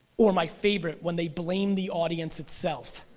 or my favorite, when they blame the audience itself,